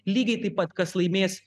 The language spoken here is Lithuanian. lygiai taip pat kas laimės